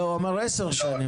לא, הוא אומר עשר שנים.